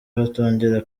batongera